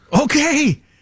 Okay